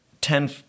ten